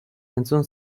entzun